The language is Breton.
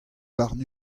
warn